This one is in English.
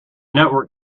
network